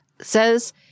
says